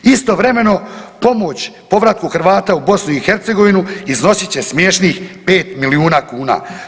Istovremeno pomoć povratku Hrvata u BiH iznosit će smiješnih 5 milijuna kuna.